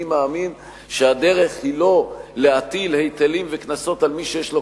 אני מאמין שהדרך היא לא להטיל היטלים וקנסות על מי שיש לו